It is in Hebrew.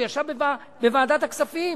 הוא ישב בוועדת הכספים